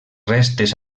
restes